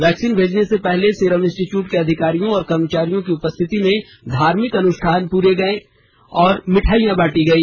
vaccine भेजने से पहले सीरम इंस्टीट्यूट के अधिकारियों और कर्मचारियों की उपस्थिति में धार्मिक अनुष्ठा्न पूरे किए गए और मिठाइयां बांटी गई